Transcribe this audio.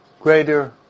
greater